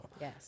Yes